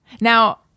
Now